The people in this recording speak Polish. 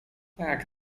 tak